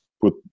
put